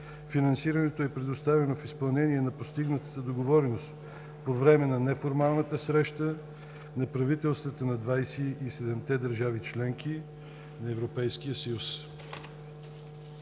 Финансирането е предоставено в изпълнение на постигнатата договореност по време на неформалната среща на правителствата на 27-те държави – членки на Европейския съюз.